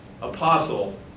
apostle